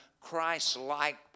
Christ-like